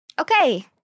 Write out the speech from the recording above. Okay